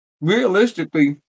Realistically